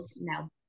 No